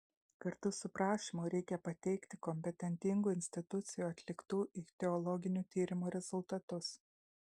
kartu su prašymu reikia pateikti kompetentingų institucijų atliktų ichtiologinių tyrimų rezultatus